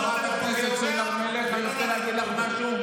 לימור סון הר מלך, אני רוצה להגיד לך משהו: